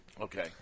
Okay